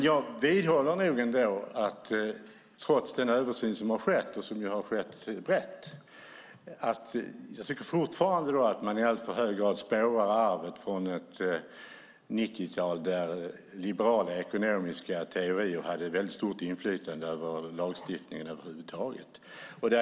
Jag vidhåller nog ändå att man trots den översyn som har skett, och som har gjorts på rätt sätt, fortfarande i alltför hög grad spårar arvet från ett 90-tal när liberala ekonomiska teorier hade stort inflytande över lagstiftningen över huvud taget.